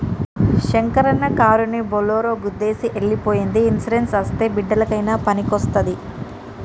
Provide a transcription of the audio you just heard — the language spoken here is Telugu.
శంకరన్న కారుని బోలోరో గుద్దేసి ఎల్లి పోయ్యింది ఇన్సూరెన్స్ అస్తే బిడ్డలకయినా పనికొస్తాది